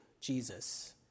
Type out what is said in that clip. Jesus